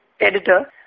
editor